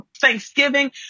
thanksgiving